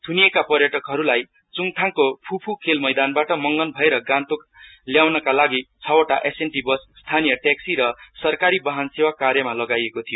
थ्रनिएका पर्यचकहरूलाई च्डथाडको फ् फ् खेल मैदानबाट मगन भएर गान्तोक ल्याउनकालागि छ वटा एसएनटि बस स्थानीय ट्याक्सी र सरकारी बाहन सेवा कार्यमा लगाइएको थियो